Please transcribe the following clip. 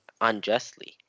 unjustly